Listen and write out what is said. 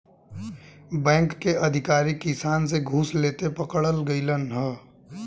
bank के अधिकारी किसान से घूस लेते पकड़ल गइल ह